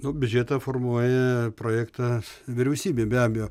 nu biudžetą formuoja projektą vyriausybė be abejo